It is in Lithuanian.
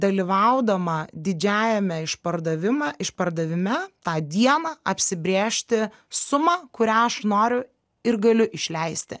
dalyvaudama didžiajame išpardavime išpardavime tą dieną apsibrėžti sumą kurią aš noriu ir galiu išleisti